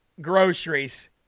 groceries